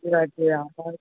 ঠিক আছে আমার